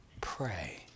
pray